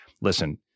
listen